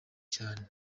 cyane